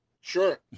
Sure